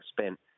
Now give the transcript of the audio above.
spent